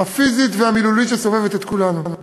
הפיזית והמילולית שסובבת את כולנו.